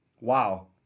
Wow